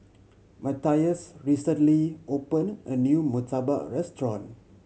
Matthias recently opened a new murtabak restaurant